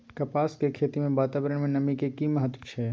कपास के खेती मे वातावरण में नमी के की महत्व छै?